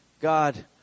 God